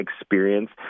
experience